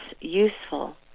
useful